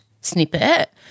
snippet